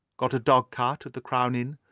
got a dog-cart at the crown inn,